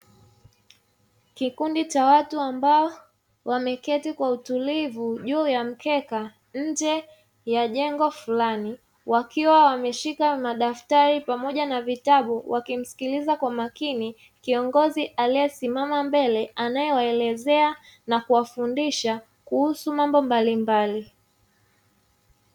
Kikundi cha watu ambao wameketi kwa utulivu juu ya mkeka nje ya jengo fulani, wakiwa wameshika madaftari pamoja na vitabu wakimsikiliza kwa makini kiongozi aliyesimama mbele anayowaelezea na kuwafundisha kuhusu mambo mbalimbali.